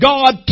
God